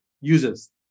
users